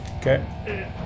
Okay